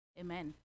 amen